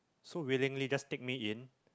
so willingly just take me in